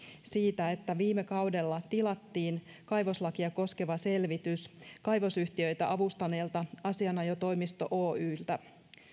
siitä että viime kaudella tilattiin kaivoslakia koskeva selvitys kaivosyhtiöitä avustaneelta asianajotoimisto oyltä